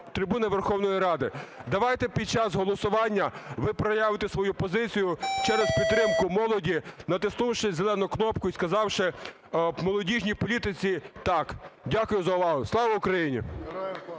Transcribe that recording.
трибуни Верховної Ради. Давайте під час голосування ви проявите свою позицію через підтримку молоді, натиснувши зелену кнопку і сказавши молодіжній політиці "так". Дякую за увагу. Слава Україні!